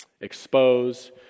expose